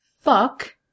Fuck